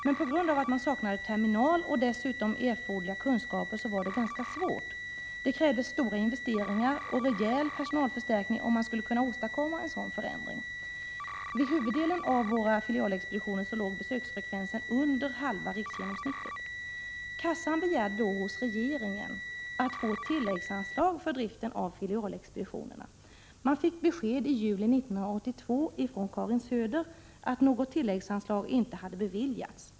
Men på grund av att man saknade terminal och dessutom erforderliga kunskaper var detta ganska svårt. Det krävdes stora investeringar och en rejäl personalförstärkning, om man skulle kunna åstadkomma en sådan förändring. Vid huvuddelen av våra filialexpeditioner låg besöksfrekvensen under halva riksgenomsnittet. Kassan begärde då hos regeringen att få ett tilläggsanslag för driften av filialexpeditionerna. Man fick besked i juli 1982 — av Karin Söder — att något tilläggsanslag inte hade beviljats.